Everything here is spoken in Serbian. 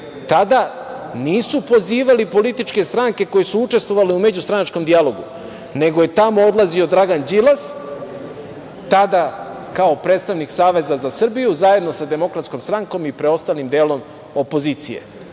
nisu pozivali političke stranke koje su učestvovale u međustranačkom dijalogu, nego je tamo odlazio Dragan Đilas, tada kao predstavnik Saveza za Srbiju zajedno sa Demokratskom strankom i preostalim delom opozicije